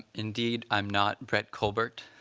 indeed, i'm not brett colbert,